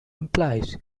implies